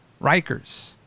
Rikers